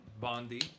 Bondi